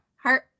heart